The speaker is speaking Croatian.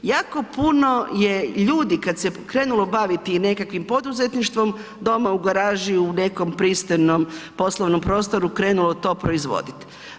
Jako puno je ljudi, kad se pokrenulo baviti tim nekakvim poduzetništvom, doma u garaži u nekom pristojnom poslovnom prostoru krenuo to proizvoditi.